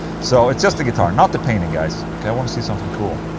so it's just the guitar not the painting, guys. ok, i want to see something cool.